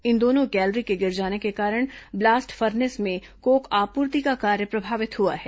इन दोनों गैलेरी के गिर जाने के कारण ब्लॉस्ट फर्नेस में कोक आपूर्ति का कार्य प्रभावित हुआ है